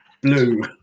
blue